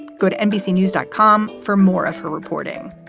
good. nbc news dot com for more of her reporting.